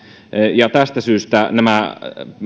ja tästä syystä nämä